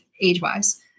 age-wise